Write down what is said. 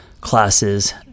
classes